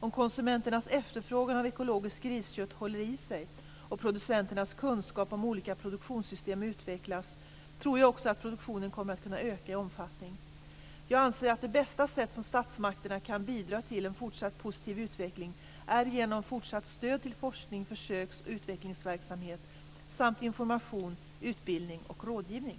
Om konsumenternas efterfrågan av ekologiskt griskött håller i sig och producenternas kunskap om olika produktionssystem utvecklas, tror jag också att produktionen kommer att kunna öka i omfattning. Jag anser att det bästa sättet för statsmakterna att bidra till en fortsatt positiv utveckling är genom fortsatt stöd till forskning, försöks och utvecklingsverksamhet samt information, utbildning och rådgivning.